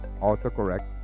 autocorrect